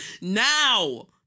now